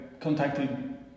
contacted